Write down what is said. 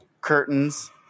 Curtains